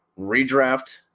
redraft